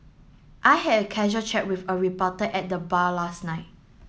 I had a casual chat with a reporter at the bar last night